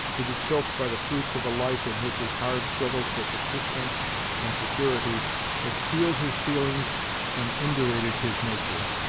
to be choked by the fruits of a life in which his hard struggles for subsistence and security had steeled his feelings and indurated his nature.